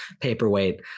paperweight